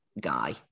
guy